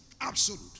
Absolute